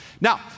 Now